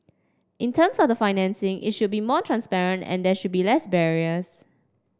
in terms of the financing it should be more transparent and there should be less barriers